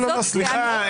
סליחה,